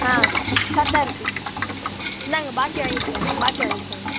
ஆ கரெட்டாகருக்கு இந்தாங்க பாக்கி வாங்கிட்டு போங்க பாக்கி வாங்கிட்டு போங்க